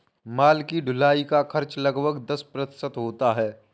माल की ढुलाई का खर्च लगभग दस प्रतिशत होता है